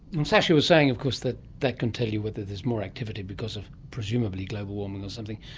and sasha was saying of course that that can tell you whether there's more activity, because of presumably global warming or something.